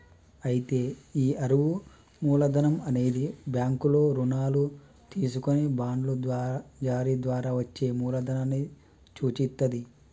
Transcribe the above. అయితే ఈ అరువు మూలధనం అనేది బ్యాంకుల్లో రుణాలు తీసుకొని బాండ్లు జారీ ద్వారా వచ్చే మూలదనాన్ని సూచిత్తది